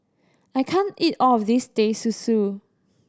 I can't eat all of this Teh Susu